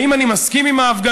האם אני מסכים עם ההפגנות?